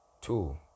Two